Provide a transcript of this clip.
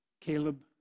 Caleb